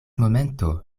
momento